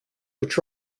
which